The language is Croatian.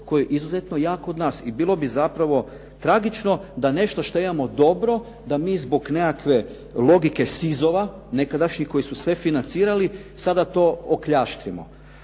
koji je izuzetno jak kod nas i bilo bi zapravo tragično da nešto što imamo dobro, da mi zbog nekakve logike sizova nekadašnjih koji su sve financirali, sada to … /Govornik